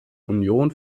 union